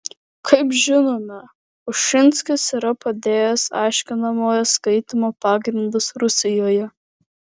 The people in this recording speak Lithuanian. kaip žinome ušinskis yra padėjęs aiškinamojo skaitymo pagrindus rusijoje